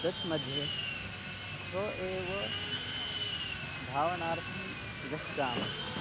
तत् मध्ये स्व एव धावनार्थं गच्छामः